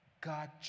God